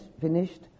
finished